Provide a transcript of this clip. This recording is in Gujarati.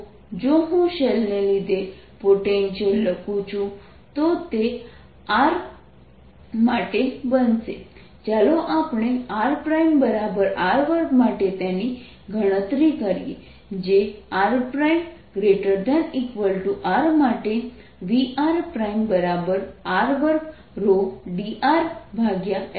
તો જો હું શેલને લીધે પોટેન્શિયલ લખું છું તો તે r માટે બનશે ચાલો આપણે rr2 માટે તેની ગણતરી કરીએ જે r ≥ r માટે Vrr2ρdr0r છે